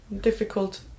difficult